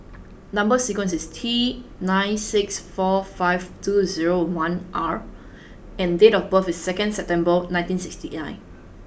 number sequence is T nine six four five two zero one R and date of birth is second September nineteen sixty nine